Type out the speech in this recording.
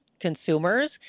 consumers